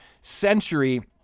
century